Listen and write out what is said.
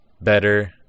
better